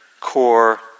core